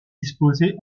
disposée